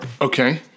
Okay